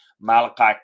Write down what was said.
Malachi